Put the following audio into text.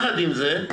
עם זאת,